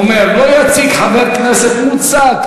אדוני היושב-ראש, ברשותך, מותר לחבר כנסת להציג